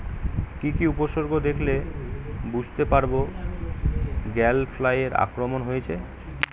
কি কি উপসর্গ দেখলে বুঝতে পারব গ্যাল ফ্লাইয়ের আক্রমণ হয়েছে?